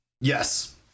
Yes